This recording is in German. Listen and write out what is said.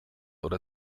oder